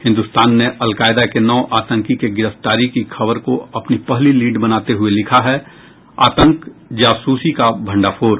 हिन्दुस्तान ने अलकायदा के नौ आतंकी के गिरफ्तार की खबर को अपनी पहली लीड बनाते हुये लिखा है आतंक जासूसी का भंडाफोड़